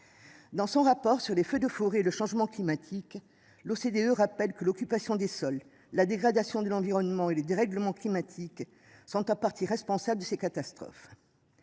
Dans son rapport sur les feux de forêt. Le changement climatique. L'OCDE rappelle que l'occupation des sols, la dégradation de l'environnement et les dérèglements climatiques sont en partie responsables de ces catastrophes.